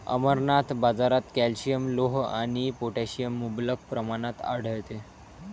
अमरनाथ, बाजारात कॅल्शियम, लोह आणि पोटॅशियम मुबलक प्रमाणात आढळते